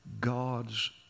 God's